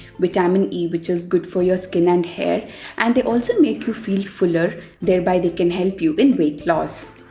um and e which s good for skin and hair and they also make you feel fuller thereby they can help you in weight loss.